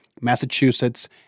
Massachusetts